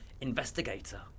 investigator